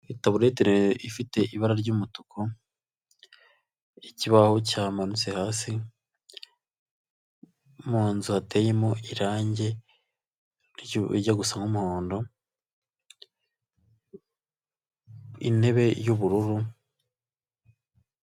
Itaburete ifite ibara ry'umutuku ikibaho cyamanutse hasi, munzu hateyemo irangi rijya gusa nk'umuhondo intebe y'ubururu.